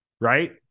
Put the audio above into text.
right